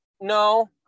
no